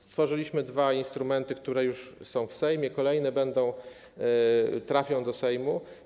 Stworzyliśmy dwa instrumenty, które już są w Sejmie, kolejne trafią do Sejmu.